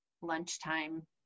lunchtime